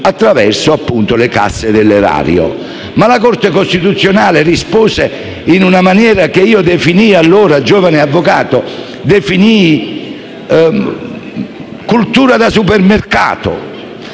attraverso le casse dell'erario. Ma la Corte costituzionale rispose in una maniera che da giovane avvocato io definii «cultura da supermercato»